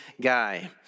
guy